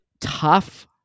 tough